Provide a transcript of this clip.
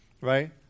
Right